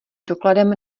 dokladem